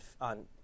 on